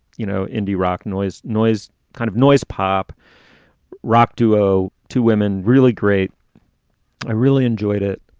you know, indie rock noise, noise kind of noise, pop rock duo. two women. really great i really enjoyed it.